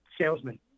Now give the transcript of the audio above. salesman